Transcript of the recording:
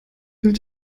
bild